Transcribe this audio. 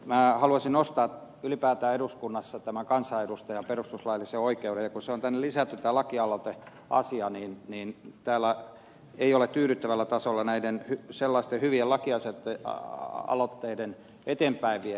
minä haluaisin nostaa ylipäätään eduskunnassa tämän kansanedustajan perustuslaillisen oikeuden ja kun tänne on lisätty tämä lakialoiteasia niin täällä ei ole tyydyttävällä tasolla näiden hyvien lakialoitteiden eteenpäinvieminen